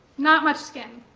not much skin.